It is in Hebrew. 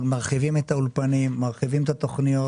מרחיבים את האולפנים, מרחיבים את התכניות.